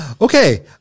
okay